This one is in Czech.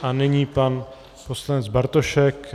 A nyní pan poslanec Bartošek.